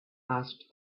asked